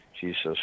Jesus